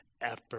effort